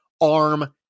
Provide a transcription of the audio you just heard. arm